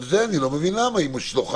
אני לא מבין למה לא אם זה עם משלוחן.